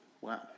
Wow